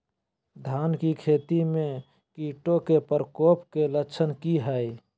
धान की खेती में कीटों के प्रकोप के लक्षण कि हैय?